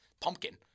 pumpkin